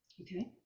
Okay